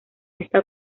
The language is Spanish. esta